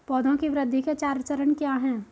पौधे की वृद्धि के चार चरण क्या हैं?